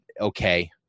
okay